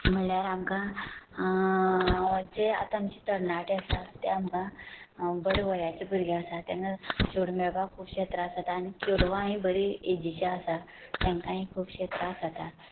म्हणल्यार आमकां म्हणजे आतां आमचे तरणाटे आसात ते आमकां बरे वयाचे भुरगे आसात तांकां चेडूं मेळपाक खुबशे त्रास जातात आनी चेडवाय बरी एजिची आसात तांकांय खुबशे त्रास जातात